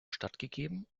stattgegeben